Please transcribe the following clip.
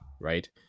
Right